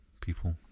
people